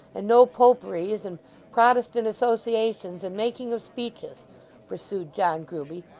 and no poperys, and protestant associations, and making of speeches pursued john grueby,